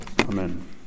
Amen